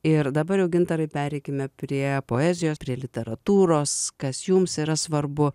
ir dabar jau gintarai pereikime prie poezijos prie literatūros kas jums yra svarbu